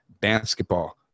Basketball